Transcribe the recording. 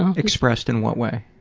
um expressed in what way?